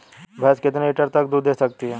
भैंस कितने लीटर तक दूध दे सकती है?